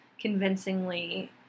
convincingly